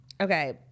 Okay